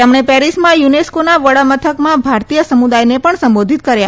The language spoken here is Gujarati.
તેમણે પેરીસમાં યુનેસ્કોના વડામથકમાં ભારતીય સમુદાયને પણ સંબોધિત કર્યા